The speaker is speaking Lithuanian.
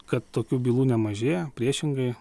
kad tokių bylų nemažėja priešingai